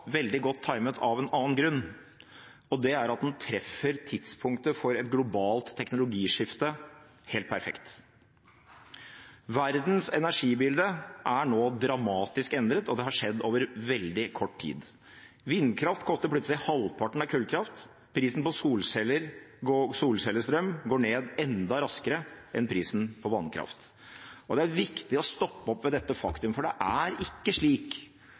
av en annen grunn, og det er at den treffer tidspunktet for et globalt teknologiskifte helt perfekt. Verdens energibilde er nå dramatisk endret, og det har skjedd over veldig kort tid. Vindkraft koster plutselig halvparten av kullkraft. Prisen på solceller og solcellestrøm går ned enda raskere enn prisen på vannkraft. Og det er viktig å stoppe opp ved dette faktumet, for det er ikke slik